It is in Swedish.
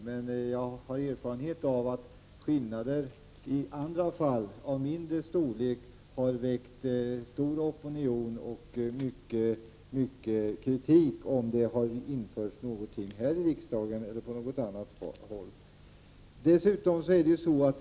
Men jag har erfarenhet av att skillnader av mindre storlek i andra fall har väckt stor opinion och mycken kritik om någonting har införts av riksdagen eller av någon annan instans.